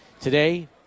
today